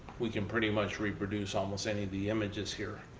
we can pretty much reproduce almost any of the images here.